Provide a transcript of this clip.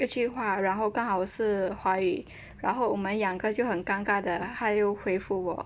一句话然后刚好是华语然后我们两个就很尴尬的他又回复我